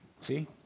See